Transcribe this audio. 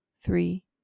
three